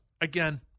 Again